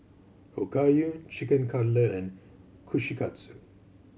Okayu Chicken Cutlet and Kushikatsu